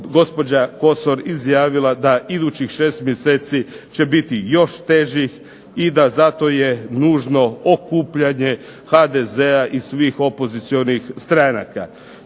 gospođa KOsor izjavila da idućih 6 mjeseci će biti još težih i da zato je nužno okupljanje HDZ-a i svih opozicionih stranaka.